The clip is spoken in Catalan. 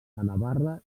navarra